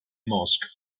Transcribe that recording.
mosque